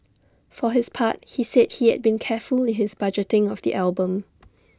for his part he said he had been careful in his budgeting of the album